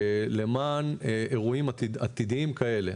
למען אירועים עתידיים כאלה.